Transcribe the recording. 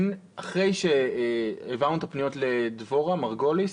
אחרי שהעברנו את הפניות לדבורה מרגוליס,